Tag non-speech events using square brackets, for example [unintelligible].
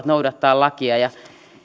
[unintelligible] noudattaa lakia ja